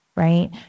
right